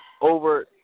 over